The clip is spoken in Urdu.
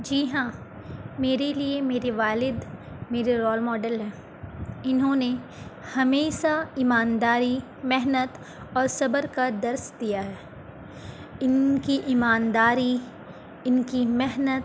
جی ہاں میرے لیے میرے والد میرے رول ماڈل ہیں انہوں نے ہمیشہ ایمانداری محنت اور صبر کا درس دیا ہے ان کی ایمانداری ان کی محنت